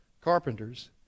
Carpenters